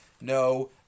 No